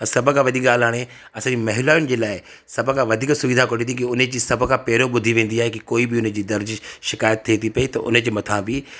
सभु खां वॾी ॻाल्हि हाणे असांजी महिलाउनि जे लाइ सभु खां वधीक सुविधा कोड़े थी की उन जी सभु खां पहिरियों ॿुधी वेंदी आहे की कोई बि उन जी दर्जे शिक़ायत थिए थी पई त उन जे मथां बि